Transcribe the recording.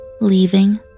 leaving